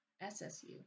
SSU